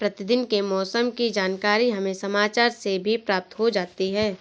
प्रतिदिन के मौसम की जानकारी हमें समाचार से भी प्राप्त हो जाती है